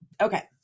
Okay